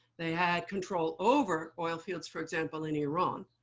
they had control over oil fields. for example, in iran.